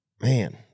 man